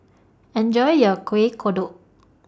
Enjoy your Kueh Kodok